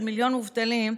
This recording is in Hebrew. של מיליון מובטלים,